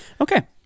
Okay